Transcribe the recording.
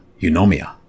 eunomia